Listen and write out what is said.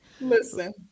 listen